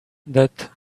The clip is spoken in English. death